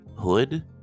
hood